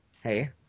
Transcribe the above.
hey